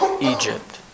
Egypt